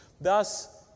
Thus